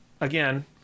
again